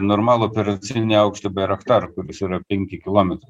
normalų operacinį aukštį bairaktar kuris yra penki kilometrai